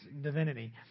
divinity